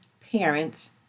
parents